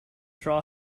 draw